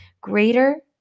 Greater